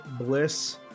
bliss